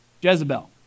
Jezebel